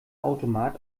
automat